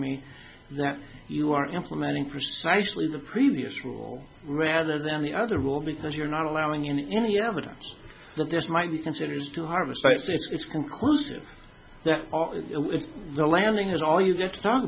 me that you are implementing precisely the previous rule rather than the other rule because you're not allowing in any evidence that this might be considered to harvest it's conclusive that landing is all you've got to talk